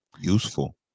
Useful